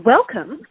Welcome